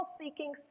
seeking